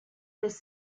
des